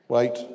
Wait